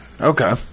Okay